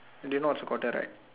do you know what's a quarter right